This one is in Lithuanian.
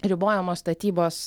ribojamos statybos